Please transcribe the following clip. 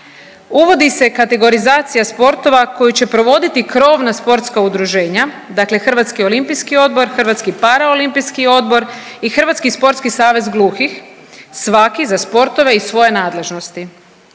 Uvodi se kategorizacija sportova koju će provoditi krovna sportska udruženja, dakle Hrvatski olimpijski odbor, Hrvatski paraolimpijski odbor i Hrvatski sportski savez gluhi svaki za sportove iz svoje nadležnosti,